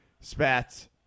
Spats